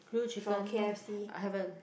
grill chicken no I haven't